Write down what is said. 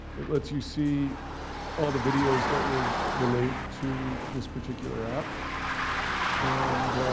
it lets you see all the videos that would relate to this particular app and